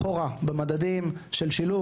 יפגע בנושא של שילוב